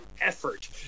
effort